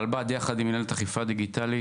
הרלב"ד, יחד עם מינהלת אכיפה דיגיטלית,